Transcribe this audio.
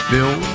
Bill